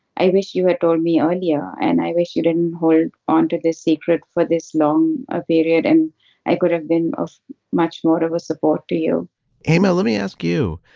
i wish you had told me earlier. and i wish you didn't hold onto this secret for this long ah period. and i could have been much more of a support to you amy, let me ask you,